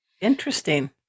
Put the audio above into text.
Interesting